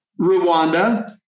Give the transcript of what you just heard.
Rwanda